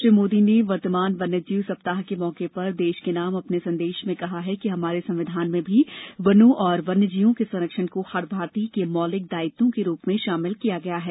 श्री मोदी ने वर्तमान वन्यजीव सप्ताह के मौके पर देश के नाम अपने संदेश में कहा कि हमारे संविधान में भी वनों और वन्यजीवों के संरक्षण को हर भारतीय के मौलिक दायित्वों के रूप में शामिल किया गया है